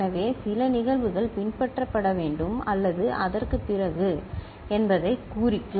எனவே சில நிகழ்வுகள் பின்பற்றப்பட வேண்டும் அல்லது அதற்குப் பிறகு என்பதைக் குறிக்கும்